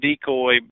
decoy